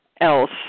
else